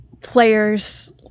players